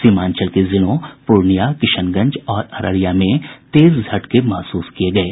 सीमांचल के जिलों पूर्णिया किशनगंज और अररिया में तेज झटके महसूस किये गये